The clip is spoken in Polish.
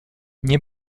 nie